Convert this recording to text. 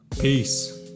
Peace